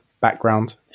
background